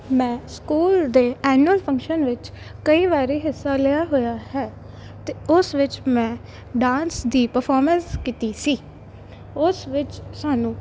ਮੈਂ ਸਕੂਲ ਦੇ annual function ਵਿੱਚ ਕਈ ਵਾਰ ਹਿੱਸਾ ਲਿਆ ਹੋਇਆ ਹੈ ਅਤੇ ਉਸ ਵਿੱਚ ਮੈਂ ਡਾਂਸ ਦੀ ਪਰਫੋਰਮੈਂਸ ਕੀਤੀ ਸੀ ਉਸ ਵਿੱਚ ਸਾਨੂੰ